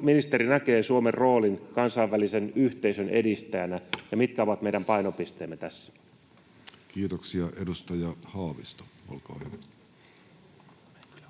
ministeri näkee Suomen roolin kansainvälisen yhteisön edistäjänä, ja mitkä ovat meidän painopisteemme tässä? Kiitoksia. — Edustaja Haavisto, olkaa hyvä.